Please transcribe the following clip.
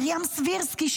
מרים סבירסקי,